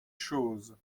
choses